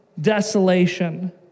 desolation